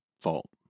fault